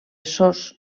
sos